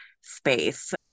space